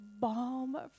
balm